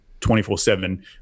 24-7